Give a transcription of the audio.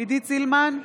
עידית סילמן,